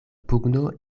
pugno